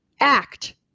act